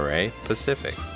Pacific